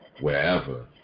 wherever